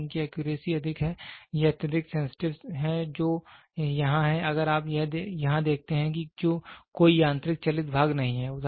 तो इनकी एक्यूरेसी अधिक है यह अत्यधिक सेंसिटिव है तो यहाँ है अगर आप यहाँ देखते हैं कि कोई यांत्रिक चलित भाग नहीं है